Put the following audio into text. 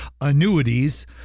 annuities